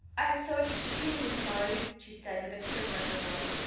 i am so extremely sorry, she said with a quiver in her voice.